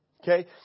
Okay